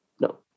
no